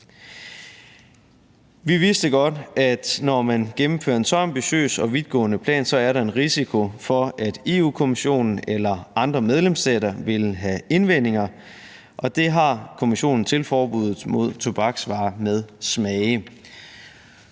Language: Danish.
Vi vidste godt, at når man gennemfører en så ambitiøs og vidtgående plan, er der en risiko for, at Europa-Kommissionen eller andre medlemsstater vil have indvendinger, og det har Kommissionen til forbuddet mod tobaksvarer med smage.